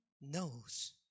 knows